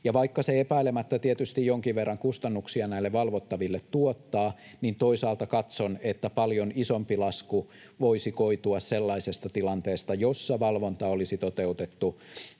Vaikka se epäilemättä jonkin verran kustannuksia näille valvottaville tuottaa, niin toisaalta katson, että paljon isompi lasku voisi koitua sellaisesta tilanteesta, jossa valvonta olisi toteutettu